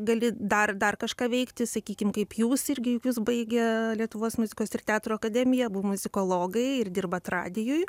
gali dar dar kažką veikti sakykim kaip jūs irgi jūs baigę lietuvos muzikos ir teatro akademiją abu muzikologai ir dirbat radijuj